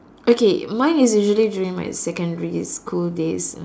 okay mine is usually during my secondary school days